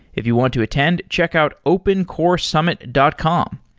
if you want to attend, check out opencoresummit dot com.